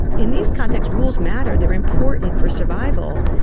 in these contexts, rules matter, they are important for survival,